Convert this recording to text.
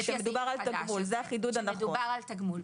כשמדובר על תגמול.